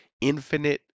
infinite